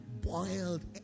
boiled